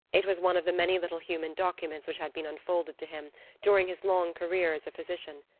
it was one of the many little human documents which had been unfolded to him during his long career as a physician.